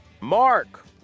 Mark